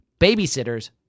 babysitters